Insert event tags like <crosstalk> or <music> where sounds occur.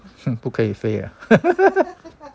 hmm 不可以不可以飞啊 <laughs>